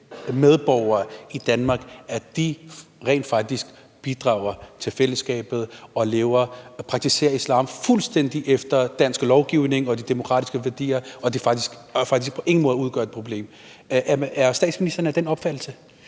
medborgere – i Danmark rent faktisk bidrager til fællesskabet og praktiserer islam fuldstændig efter dansk lovgivning og de demokratiske værdier, og at de faktisk på ingen måde udgør et problem. Er statsministeren af den opfattelse?